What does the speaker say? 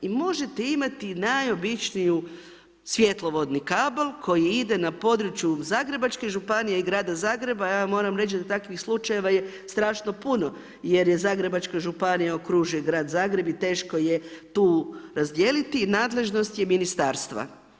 I možete imati najobičniji svjetlovodni kabel koji ide na području Zagrebačke županije i grada Zagreba, ja vam moram reći da takvih slučajeva je strašno puno jer je Zagrebačka županija, okružuje je grad Zagreb i teško je tu razdijeliti, nadležnost je ministarstva.